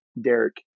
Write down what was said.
Derek